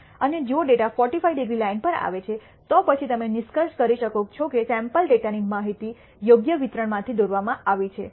અને જો data 45 degree line પર આવે છે તો પછી તમે નિષ્કર્ષ કરી શકો છો કે સેમ્પલ ડેટા ની માહિતી યોગ્ય વિતરણમાંથી દોરવામાં આવી છે